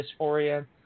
dysphoria